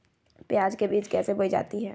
प्याज के बीज कैसे बोई जाती हैं?